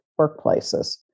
workplaces